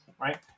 right